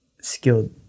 skilled